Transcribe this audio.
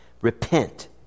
repent